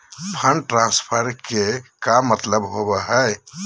Fund transfer के का मतलब होव हई?